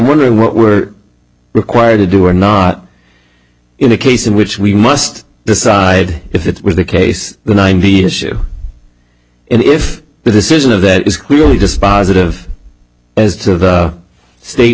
wondering what we're required to do or not in a case in which we must decide if it were the case the ninety issue if this is an of that is clearly dispositive as to the state